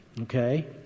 Okay